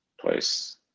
twice